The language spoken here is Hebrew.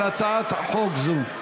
על הצעת חוק זו.